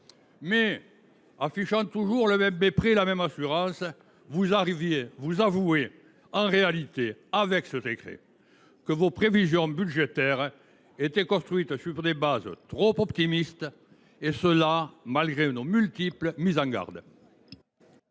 en affichant le même mépris et la même assurance, vous avouez en réalité avec ce décret que vos prévisions budgétaires étaient fondées sur des hypothèses trop optimistes, et cela malgré nos multiples mises en garde.